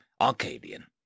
Arcadian